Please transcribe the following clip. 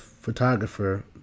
Photographer